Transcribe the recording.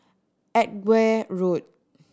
Edgware Road